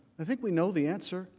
i think we know the answer